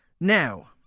Now